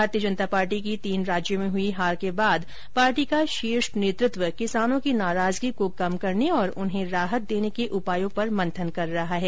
भारतीय जनता पार्टी भाजपा की तीन राज्यों में हई हार के बाद पार्टी का शीर्ष नेतृत्व किसानों की नाराजगी को कम करने और उन्हें राहत देने के उपायों पर मंथन कर रहा है